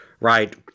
right